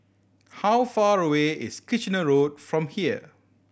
how far away is Kitchener Road from here